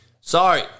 Sorry